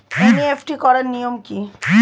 NEFT করার নিয়ম কী?